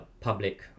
public